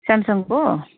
साम्सङको